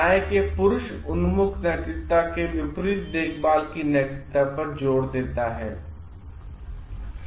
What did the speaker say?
यहन्यायकेपुरुष उन्मुखनैतिकता केविपरीत देखभाल की नैतिकतापर जोर देताहै